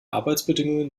arbeitsbedingungen